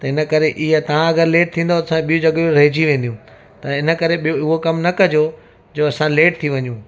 त हिन करे ईअ तव्हां अगरि लेट थींदो असाजी ॿी जगहयूं रहिजी वेंदियूं त हिन करे ॿियो उहो कम न कजो जो असां लेट थी वञूं